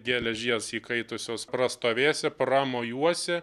geležies įkaitusios prastovėsi pramojuosi